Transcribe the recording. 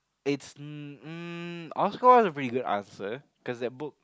it's um I was to ask her cause that book